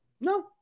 No